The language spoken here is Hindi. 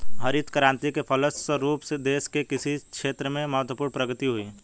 हरित क्रान्ति के फलस्व रूप देश के कृषि क्षेत्र में महत्वपूर्ण प्रगति हुई